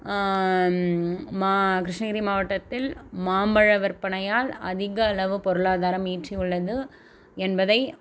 மா கிருஷ்ணகிரி மாவட்டத்தில் மாம்பழ விற்பனையால் அதிகளவு பொருளாதாரம் ஈட்டியுள்ளது என்பதை